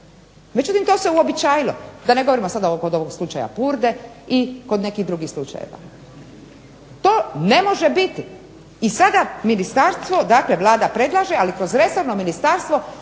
međutim to se uobičajilo, da ne govorimo sada oko ovog slučaja Purde i kod nekih drugih slučajeva. To ne može biti. I sada ministarstvo, dakle Vlada predlaže, ali kroz resorno ministarstvo